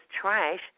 trash